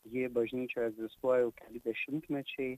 jei bažnyčioje egzistuoja jau keli dešimtmečiai